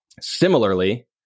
similarly